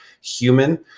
human